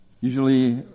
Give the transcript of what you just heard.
Usually